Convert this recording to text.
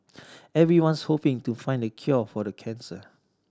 everyone's hoping to find the cure for cancer